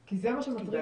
כי זה מה שמטריד.